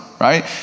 right